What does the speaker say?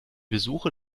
besuche